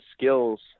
skills